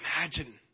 Imagine